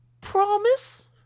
Promise